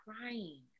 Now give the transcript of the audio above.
crying